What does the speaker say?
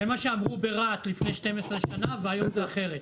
זה מה שאמרו ברהט לפני 12 שנים והיום זה אחרת.